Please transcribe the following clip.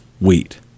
wheat